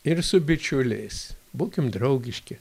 ir su bičiuliais būkim draugiški